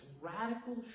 radical